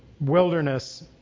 wilderness